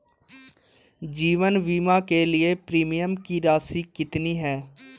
जीवन बीमा के लिए प्रीमियम की राशि कितनी है?